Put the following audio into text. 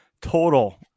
total